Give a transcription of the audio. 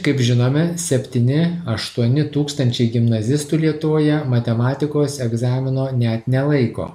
kaip žinome septyni aštuoni tūkstančiai gimnazistų lietuvoje matematikos egzamino net nelaiko